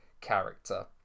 character